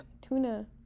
tuna